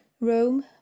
Rome